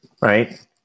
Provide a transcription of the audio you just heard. right